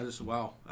Wow